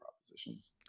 propositions